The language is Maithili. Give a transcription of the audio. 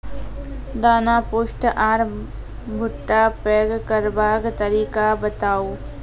दाना पुष्ट आर भूट्टा पैग करबाक तरीका बताऊ?